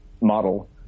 model